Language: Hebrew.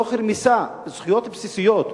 תוך רמיסה של זכויות בסיסיות,